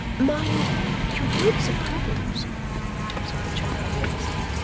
mind you don't suppose said the child earnestly,